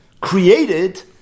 created